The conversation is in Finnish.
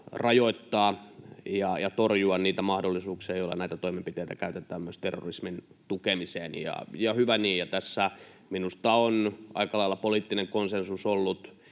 rajoittaa ja torjua niitä mahdollisuuksia, joilla näitä toimenpiteitä käytetään myös terrorismin tukemiseen, ja hyvä niin. Tässä minusta on aika lailla poliittinen konsensus ollut